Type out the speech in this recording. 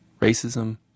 racism